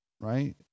right